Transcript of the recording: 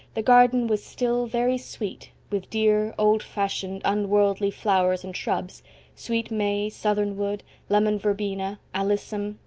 the garden was still very sweet with dear, old-fashioned, unworldly flowers and shrubs sweet may, southern-wood, lemon verbena, alyssum,